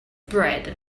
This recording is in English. bread